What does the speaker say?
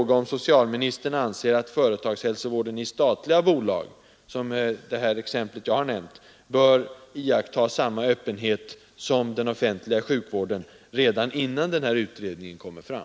Anser socialministern att företagshälsovården i statliga bolag — som i det exempel jag har nämnt — bör iakttaga samma öppenhet som den offentliga sjukvården redan innan utredningen är klar?